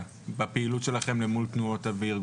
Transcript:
את מזהה בפעילות שלכם מול תנועות הנוער?